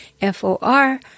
F-O-R